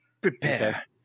Prepare